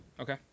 Okay